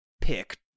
pick